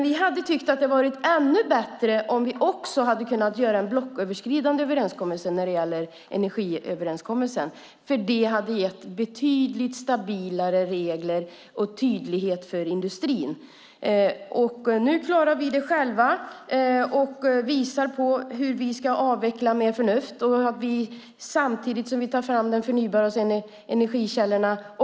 Vi hade dock tyckt att det hade varit ännu bättre om vi också hade kunnat göra en blocköverskridande energiöverenskommelse, för det hade gett betydligt stabilare regler och tydlighet för industrin. Nu klarar vi det själva och visar hur vi ska klara av att avveckla kärnkraften med förnuft i framtiden samtidigt som vi tar fram de förnybara energikällorna.